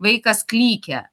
vaikas klykia